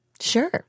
sure